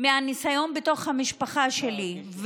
מהניסיון בתוך המשפחה שלי.